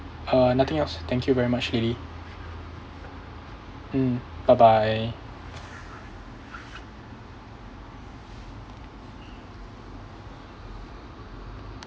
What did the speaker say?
uh nothing else thank you very much lily mm bye bye